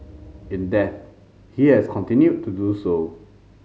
in death he has continued to do so